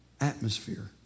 atmosphere